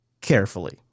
carefully